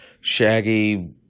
shaggy